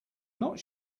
not